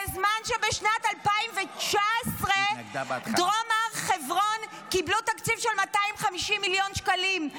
בזמן שבשנת 2019 דרום הר חברון קיבלו תקציב של 250 מיליון שקלים.